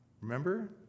Remember